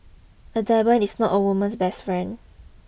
a diamond is not a woman's best friend